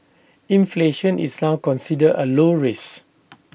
inflation is now considered A low risk